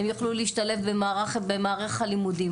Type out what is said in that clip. הם יוכלו להשתלב במערך הלימודים.